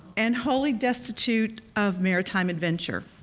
and wholly destitute of maritime adventure.